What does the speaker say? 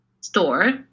store